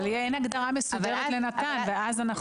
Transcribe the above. אבל אין הגדרה מסודרת לנט"ן ואז אנחנו